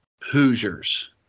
Hoosiers